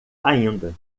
ainda